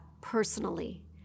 personally